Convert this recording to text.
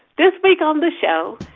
this week on the show,